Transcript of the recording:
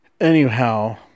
Anyhow